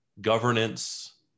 governance